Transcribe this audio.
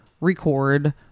record